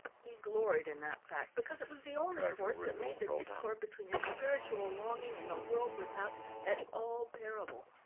he gloried in that fact, because it was the only force that made the discord between his spiritual longing and the world without at all bearable.